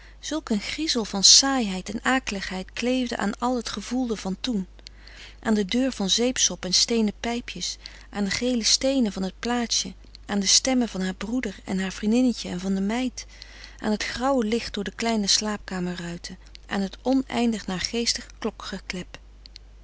een griezel van saaiheid en akeligheid kleefde aan al het gevoelde van toen aan den geur van zeepsop en steenen pijpjes aan de gele steenen van het plaatsje aan de stemmen van haar broeder van haar vriendinnetje en van de meid aan het grauwe licht door de kleine slaapkamerruiten aan het oneindig